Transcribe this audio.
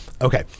Okay